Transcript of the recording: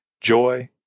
joy